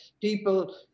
people